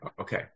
Okay